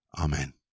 Amen